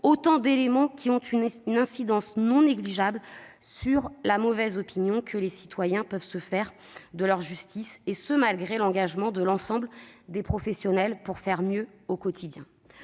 autant d'éléments qui ont une incidence non négligeable sur la mauvaise opinion que les citoyens peuvent se faire de leur justice, et ce malgré l'engagement de l'ensemble des professionnels pour faire mieux au quotidien.